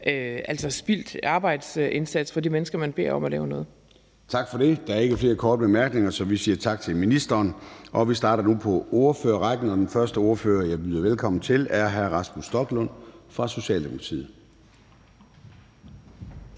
jo en spildt arbejdsindsats for de mennesker, man beder om at lave noget. Kl. 19:21 Formanden (Søren Gade): Tak for det. Der er ikke flere korte bemærkninger, så vi siger tak til ministeren. Vi starter nu på ordførerrækken, og den første ordfører, jeg byder velkommen til, er hr. Rasmus Stoklund fra Socialdemokratiet.